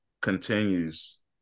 continues